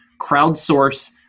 crowdsource